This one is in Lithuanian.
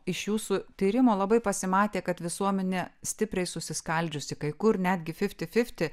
iš jūsų tyrimo labai pasimatė kad visuomenė stipriai susiskaldžiusi kai kur netgi fifti fifti